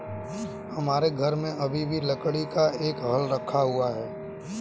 हमारे घर में अभी भी लकड़ी का एक हल रखा हुआ है